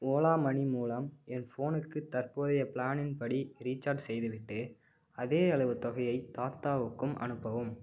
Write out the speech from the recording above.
Ola money மூலம் என் ஃபோனுக்கு தற்போதைய பிளானின் படி ரீசார்ஜ் செய்துவிட்டு அதே அளவு தொகையைத் தாத்தாவுக்கும் அனுப்பவும்